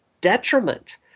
detriment